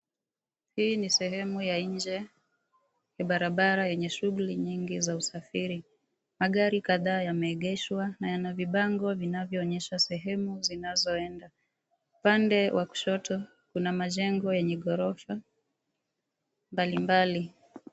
Hii ni sehemu ya nje ya barabara yenye shughuli nyingi za usafiri. Magari kadhaa yameegeshwa na yana vibango vinavyoonyesha sehemu zinazoenda. Upande wa kushoto, kuna majengo yenye ghorofa mbalimbali.